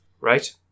right